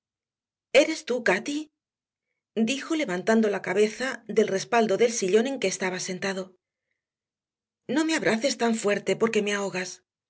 eres tú cati dijo levantando la cabeza del respaldo del sillón en que estaba sentado no me abraces tan fuerte porque me ahogas